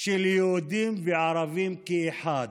של יהודים וערבים כאחד.